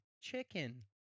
chicken